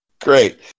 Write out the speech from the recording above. great